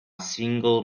single